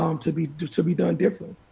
um to be to be done differently.